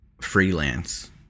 freelance